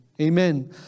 Amen